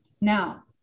now